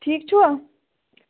ٹھیٖک چھِوا